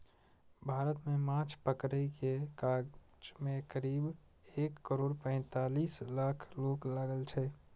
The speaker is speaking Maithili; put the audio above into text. भारत मे माछ पकड़ै के काज मे करीब एक करोड़ पैंतालीस लाख लोक लागल छै